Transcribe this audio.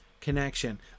connection